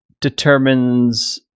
determines